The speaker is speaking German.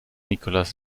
nicolas